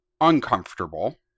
uncomfortable